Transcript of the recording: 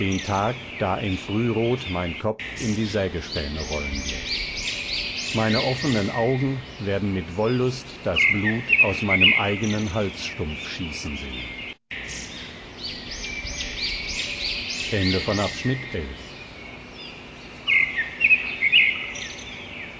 tag da im frührot mein kopf in die sägespäne rollen wird meine offenen augen werden mit wollust das blut aus meinem eigenen halsstumpf schießen sehen